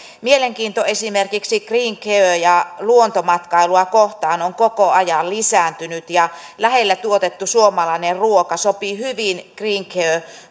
mielenkiinto esimerkiksi luonto ja green care matkailua kohtaan on koko ajan lisääntynyt ja lähellä tuotettu suomalainen ruoka sopii hyvin green care